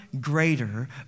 greater